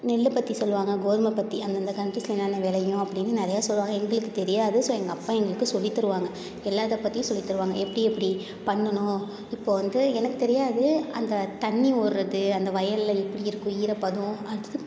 நெல் பற்றி சொல்வாங்க கோதுமை பற்றி அந்தந்த கண்ட்ரீஸ்ல என்னென்ன விளையும் அப்படின்னு நிறையா சொல்வாங்க எங்களுக்குத் தெரியாது ஸோ எங்கள் அப்பா எங்களுக்கு சொல்லி தருவாங்க எல்லாத்தைப் பற்றியும் சொல்லித் தருவாங்க எப்படி எப்படி பண்ணணும் இப்போது வந்து எனக்குத் தெரியாது அந்தத் தண்ணி ஓடுறது அந்த வயலில் எப்படி இருக்கும் ஈரப்பதம் அடுத்தது